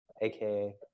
aka